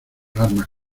armas